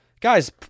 Guys